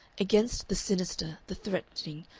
against the sinister, the threatening,